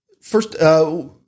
first